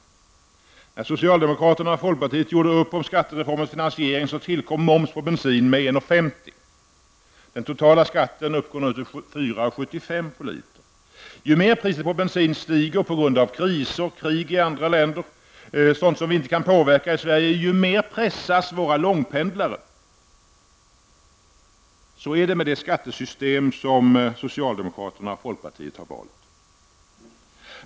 När socialdemokraterna och folkpartiet gjorde upp om skattereformens finansiering tillkom moms på bensin med 1:50 kr. Den totala skatten uppgår nu till 4:75 kr. per liter. Ju mer priset på bensin stiger på grund av kriser, krig i andra länder eller andra händelser, som vi inte kan påverka i Sverige, desto mer pressas våra långpendlare. Så är det med det skattesystem som socialdemokraterna och folkpartiet har valt.